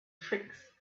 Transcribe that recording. tricks